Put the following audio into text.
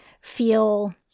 feel